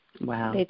Wow